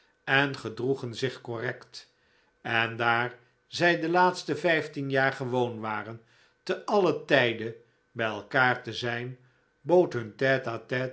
en gedroegen zich correct en daar zij de laatste vijftien jaar gewoon waren te alien tijde bij elkaar te zijn